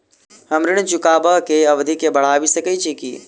हम ऋण चुकाबै केँ अवधि केँ बढ़ाबी सकैत छी की?